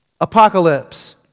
apocalypse